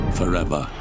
forever